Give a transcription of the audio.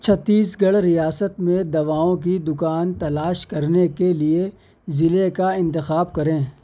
چھتیس گڑھ ریاست میں دواؤں کی دکان تلاش کرنے کے لیے ضلعے کا انتخاب کریں